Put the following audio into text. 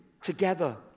together